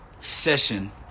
session